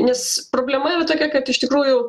nes problema yra tokia kad iš tikrųjų